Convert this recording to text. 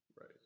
right